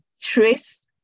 trace